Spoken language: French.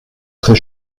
très